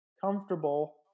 comfortable